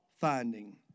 finding